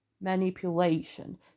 manipulation